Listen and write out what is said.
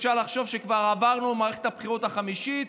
אפשר לחשוב שכבר עברנו את מערכת הבחירות החמישית